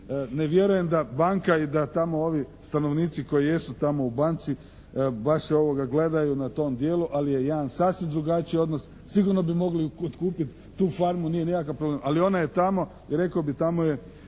ne vjerujem da banka i da tamo ovi stanovnici koji jesu tamo u banci baš gledaju na tom dijelu ali je jedan sasvim drugačiji odnos. Sigurno bi mogli otkupiti tu famu nije nikakav problem. Ali ona je tamo i rekao bih tamo je